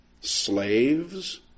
slaves